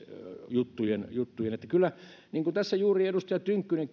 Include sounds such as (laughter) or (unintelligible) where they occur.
juttuja että kyllä niin kuin tässä juuri edustaja tynkkynen (unintelligible)